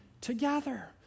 together